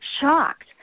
shocked